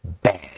bad